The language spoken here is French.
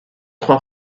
trois